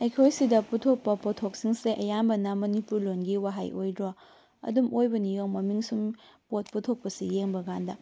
ꯑꯩꯈꯣꯏ ꯁꯤꯗ ꯄꯨꯊꯣꯛꯄ ꯄꯣꯠꯊꯣꯛꯁꯤꯡꯁꯦ ꯑꯌꯥꯝꯕꯅ ꯃꯅꯤꯄꯨꯔ ꯂꯣꯟꯒꯤ ꯋꯥꯍꯩ ꯑꯣꯏꯗ꯭ꯔꯣ ꯑꯗꯨꯝ ꯑꯣꯏꯕꯅꯤ ꯌꯦꯡꯉꯣ ꯃꯃꯤꯡ ꯁꯨꯝ ꯄꯣꯠ ꯄꯨꯊꯣꯛꯄꯁꯤ ꯌꯦꯡꯕ ꯀꯥꯟꯗ